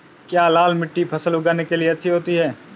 क्या लाल मिट्टी फसल उगाने के लिए अच्छी होती है?